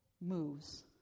moves